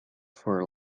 for